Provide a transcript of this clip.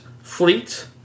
fleet